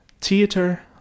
theater